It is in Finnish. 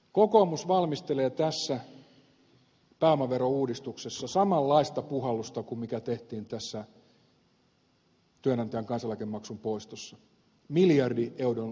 kokoomus valmistelee tässä pääomaverouudistuksessa samanlaista puhallusta kuin tehtiin tässä työnantajan kansaneläkemaksun poistossa miljardin euron luokan tulonsiirtoa